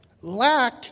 lack